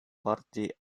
party